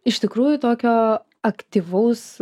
iš tikrųjų tokio aktyvaus